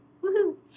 Woo-hoo